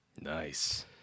Nice